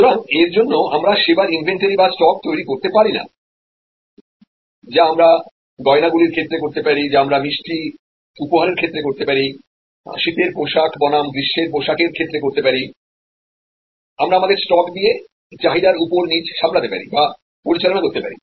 সুতরাং এর জন্য আমরা পরিষেবার ইনভেন্টরি তৈরি করতে পারি না যা আমরা গয়নাগুলির ক্ষেত্রে করতে পারি যা আমরা মিষ্টি উপহারের ক্ষেত্রে করতে পারি শীতের পোশাক বনাম গ্রীষ্মের পোশাকের ক্ষেত্রে করতে পারি আমরা আমাদেরস্টক দিয়ে চাহিদার উপর নিচ সামলাতে পারি বা পরিচালনা করতে পারি